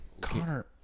Connor